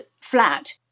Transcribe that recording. flat